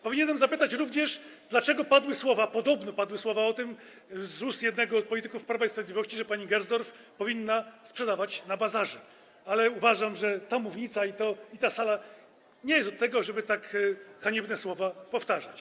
Powinienem zapytać również, dlaczego padły - podobno padły - z ust jednego z polityków Prawa i Sprawiedliwości słowa, że pani Gersdorf powinna sprzedawać na bazarze, ale uważam, że ta mównica i ta sala nie są od tego, żeby tak haniebne słowa powtarzać.